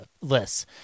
lists